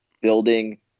building